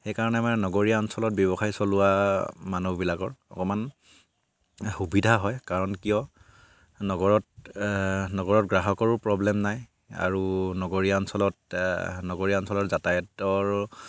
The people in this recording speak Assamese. সেইকাৰণে আমাৰ নগৰীয়া অঞ্চলত ব্যৱসায় চলোৱা মানুহবিলাকৰ অকমান সুবিধা হয় কাৰণ কিয় নগৰত নগৰত গ্ৰাহকৰো প্ৰব্লেম নাই আৰু নগৰীয়া অঞ্চলত নগৰীয়া অঞ্চলৰ যাতায়তৰ